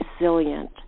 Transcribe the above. resilient